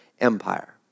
empire